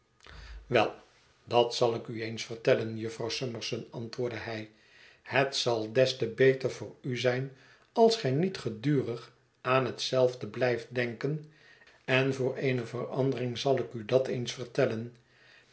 wel dat zal ik u eens vertellen jufvrouw summerson antwoordde hij het zal des te beter voor u zijn als gij niet gedurig aan hetzelfde blijft denken en voor eene verandering het verlaten huis zal ik u dat eens vertellen